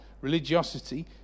religiosity